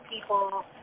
people